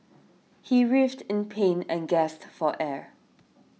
he writhed in pain and gasped for air